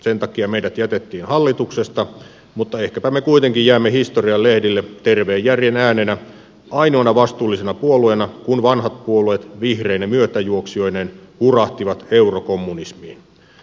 sen takia meidät jätettiin hallituksesta mutta ehkäpä me kuitenkin jäämme historian lehdille terveen järjen äänenä ainoana vastuullisena puolueena kun vanhat puolueet vihreine myötäjuoksijoineen hurahtivat eurokommunismiin